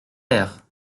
terre